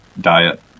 diet